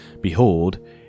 behold